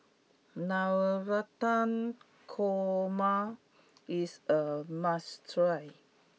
Navratan Korma is a must try